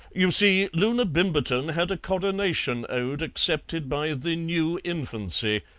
you see, loona bimberton had a coronation ode accepted by the new infancy,